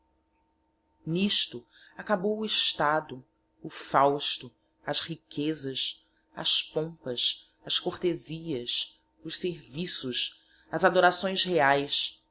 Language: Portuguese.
nisto acabou o estado o fausto as riquezas as pompas as cortezias os serviços as adorações reaes